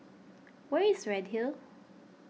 where is Redhill